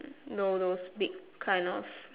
no no speak kind of